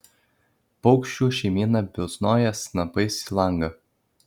paukščių šeimyna bilsnoja snapais į langą